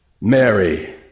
Mary